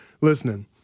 listening